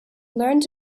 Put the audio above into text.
learned